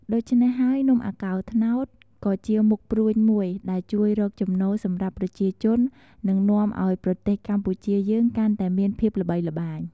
ដូច្នេះហើយនំអាកោត្នោត ក៏ជាមុខព្រួញមួយដែលជួយរកចំណូលសម្រាប់ប្រជាជន និងនាំឱ្យប្រទេសកម្ពុជាយើងកាន់តែមានភាពល្បីល្បាញ។